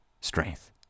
strength